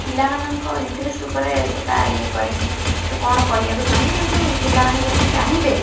ପିଲାମାନଙ୍କ ଇଣ୍ଟରେଷ୍ଟ ଉପରେ ସେଇଟା ଇଏ କରେ କି ସେ କ'ଣ କରିବାକୁ ଚାହୁଁଛି କିନ୍ତୁ ପିଲାମାନେ ଯଦି ଚାହିଁବେ